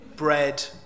bread